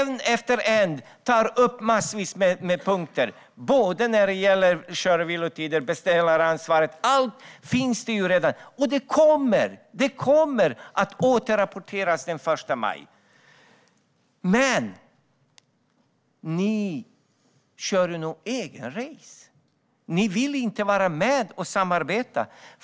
Ni tar upp massvis med punkter när det gäller kör och vilotider och beställaransvaret. Men allt är redan på gång, och det kommer att ske en återrapport den 1 maj. Men ni kör ert eget race. Ni vill inte vara med och samarbeta.